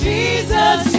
Jesus